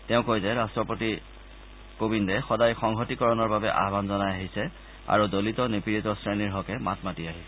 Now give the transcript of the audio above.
তেওঁ কয় যে ৰাট্টপতি কোবিন্দে সদায় সংহতিকৰণৰ বাবে আহান জনাই আহিছে আৰু দলিত নিপীড়িত শ্ৰেণীৰ হকে মাত মাতি আহিছে